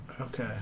Okay